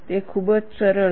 તે ખૂબ જ સરળ છે